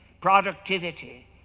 productivity